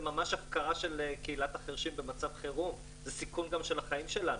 זו ממש הפקרה של קהילת החירשים במצב חירום וזה גם סיכון של החיים שלנו.